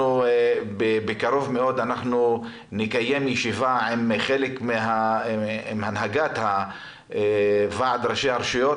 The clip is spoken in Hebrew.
שבקרוב מאוד נקיים ישיבה עם חלק מהנהגת ועד ראשי הרשויות,